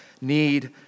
need